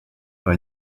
par